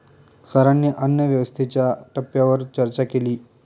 सरांनी अन्नव्यवस्थेच्या टप्प्यांवर चर्चा केली